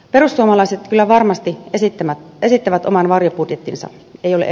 perussuomalaiset kyllä varmasti esittävät oman varjobudjettinsa ei ole